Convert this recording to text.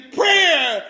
prayer